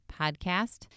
podcast